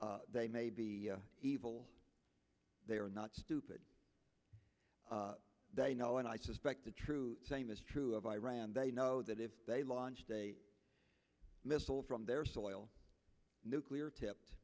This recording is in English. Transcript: they may be evil they are not stupid they know and i suspect the true same is true of iran they know that if they launched a missile from their soil nuclear tipped